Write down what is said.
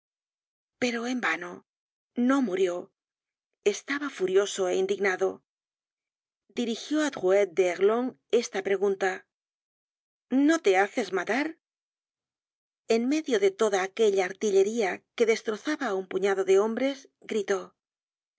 pero en vano no murió estaba furioso é indignado dirigió á drouet de erlon esta pregunta no te haces matar en medio de toda aquella artillería que destrozaba á un puñado de hombres gritó